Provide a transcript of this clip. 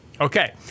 Okay